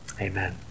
Amen